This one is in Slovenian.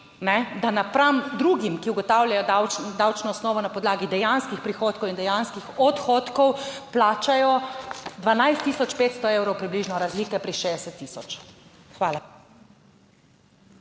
da napram drugim, ki ugotavljajo davčno osnovo na podlagi dejanskih prihodkov in dejanskih odhodkov plačajo 12500 evrov približno razlike pri 60000. Hvala.